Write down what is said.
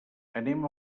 anem